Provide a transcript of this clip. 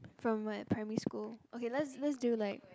from my primary school okay let's let's do like